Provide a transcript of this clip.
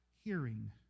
hearing